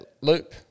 loop